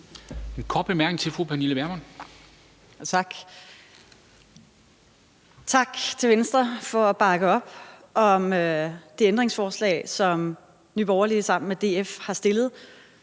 Pernille Vermund. Kl. 10:33 Pernille Vermund (NB): Tak. Og tak til Venstre for at bakke op om det ændringsforslag, som Nye Borgerlige sammen med DF har stillet,